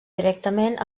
directament